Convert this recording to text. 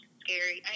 scary